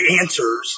answers